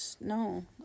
No